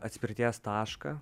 atspirties tašką